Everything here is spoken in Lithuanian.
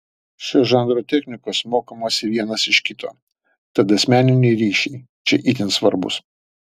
šio žanro technikos mokomasi vienas iš kito tad asmeniniai ryšiai čia itin svarbūs